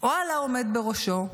או על העומד בראשו,